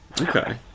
Okay